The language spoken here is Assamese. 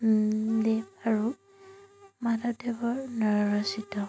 দেৱ আৰু মাধৱদেৱৰ দ্বাৰা ৰচিত